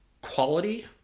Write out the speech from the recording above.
quality